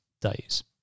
days